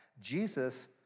Jesus